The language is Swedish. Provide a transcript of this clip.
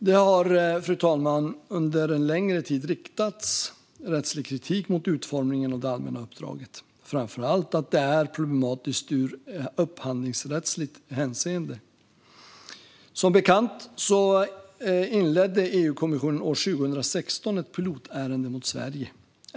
Det har, fru talman, under en längre tid riktats rättslig kritik mot utformningen av det allmänna uppdraget, framför allt att det är problematiskt ur upphandlingsrättsligt hänseende. Som bekant inledde EU-kommissionen år 2016 ett pilotärende mot Sverige.